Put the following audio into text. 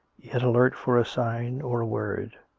yet alert for a sign or a word.